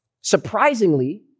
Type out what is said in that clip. surprisingly